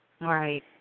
Right